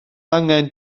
angen